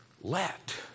let